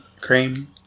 cream